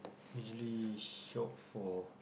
usually shop for